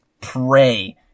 pray